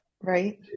right